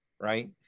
right